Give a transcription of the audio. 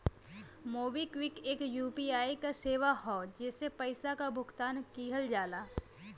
MobiKwik एक UPI क सेवा हौ जेसे पइसा क भुगतान किहल जाला